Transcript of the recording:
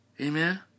Amen